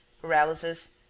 paralysis